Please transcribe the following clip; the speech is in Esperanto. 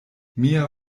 mia